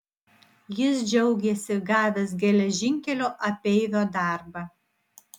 jis džiaugėsi gavęs geležinkelio apeivio darbą